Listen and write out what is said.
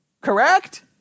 Correct